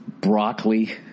broccoli